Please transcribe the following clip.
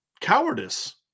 cowardice